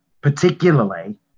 particularly